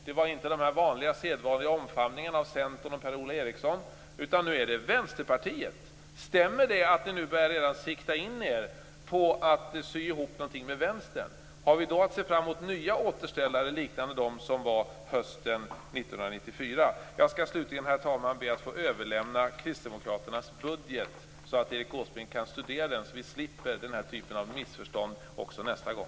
Det var inte den sedvanliga omfamningen av Centern och Per-Ola Eriksson, utan nu gäller det Vänsterpartiet. Stämmer det att ni redan nu börjar sikta in er på att sy ihop någonting med Vänstern? Har vi då att se fram emot nya återställare liknande dem som beslutades hösten 1994? Jag skall slutligen, herr talman, be att få överlämna Kristdemokraternas budget till Erik Åsbrink för studium, så att vi slipper den här typen av missförstånd nästa gång.